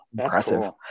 impressive